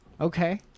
Okay